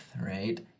right